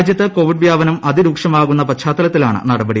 രാജ്യത്ത് കോവിഡ് വ്യാപനം അതിരൂക്ഷമാകുന്ന പശ്ചാത്തല ത്തിലാണ് നടപടി